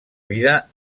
vida